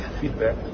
feedback